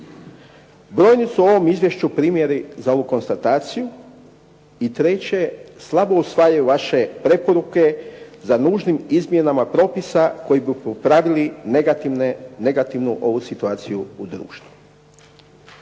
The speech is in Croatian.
Brojni su u ovom izvješću primjeri za ovu konstataciju. I treće, slabo usvajaju vaše preporuke za nužnim izmjenama propisa koji bi popravili negativnu situaciju u društvu.